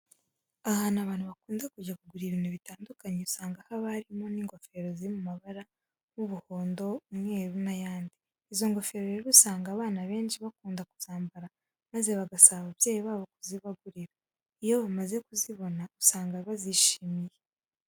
Ahantu abantu bakunda kujya kugurira ibintu bitandukanye usanga haba harimo n'ingofero ziri mu mabara nk'umuhondo, umweru n'ayandi. Izi ngofero rero usanga abana benshi bakunda kuzambara maze bagasaba ababyeyi babo kuzibagurira. Iyo bamaze kuzibona usanga bazishimiye.